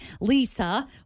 Lisa